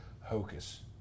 hocus